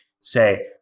say